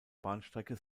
bahnstrecke